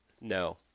No